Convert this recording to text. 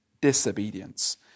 Disobedience